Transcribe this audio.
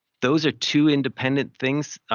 those are two independent things.